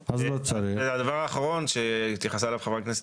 הדבר האחרון אליו התייחסה חברת הכנסת